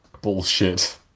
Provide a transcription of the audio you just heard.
bullshit